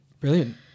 Brilliant